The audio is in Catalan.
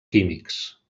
químics